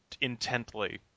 intently